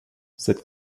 cette